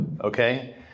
okay